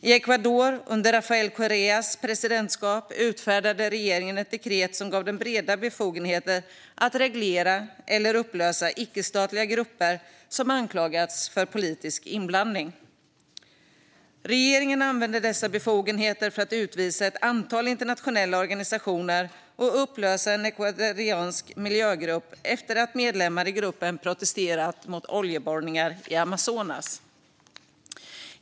I Ecuador, under Rafael Correas presidentskap, utfärdade regeringen ett dekret som gav den breda befogenheter att reglera eller upplösa ickestatliga grupper som anklagats för politisk inblandning. Regeringen använde dessa befogenheter för att utvisa ett antal internationella organisationer och upplösa en ecuadoriansk miljögrupp efter att medlemmar i gruppen protesterat mot oljeborrningar i Amazonas.